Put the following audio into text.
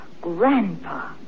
Grandpa